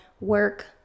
work